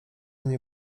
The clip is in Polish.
nie